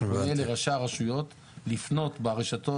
הוא קורא לראשי הרשויות לפנות ברשתות